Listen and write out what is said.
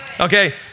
Okay